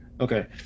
Okay